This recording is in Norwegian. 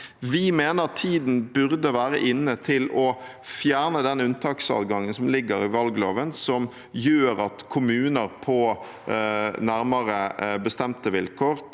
Vi mener tiden burde være inne for å fjerne den unntaksadgangen som ligger i valgloven som gjør at kommuner på nærmere bestemte vilkår